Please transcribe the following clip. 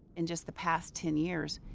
in just the past ten years,